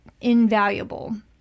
invaluable